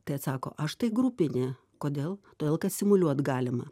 tai atsako aš tai grupinį kodėl todėl kad simuliuot galima